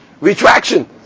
retraction